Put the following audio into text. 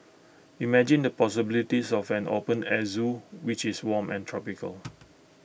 imagine the possibilities of an open air Zoo which is warm and tropical